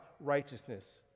righteousness